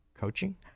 Coaching